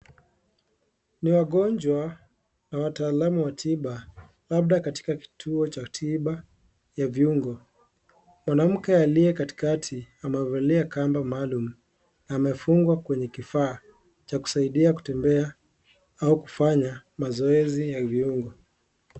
Ni wagonjwa na wataalamu wa tiba labda katika kituo cha tiba ya viungo. Mwanamke aliyekatikati amevalia Kamba maalum, amefungwa kwenye kifaa ya kusaidia kutembea au kufanya mazoezi ya viungo.